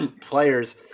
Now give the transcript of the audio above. players